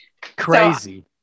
Crazy